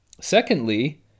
Secondly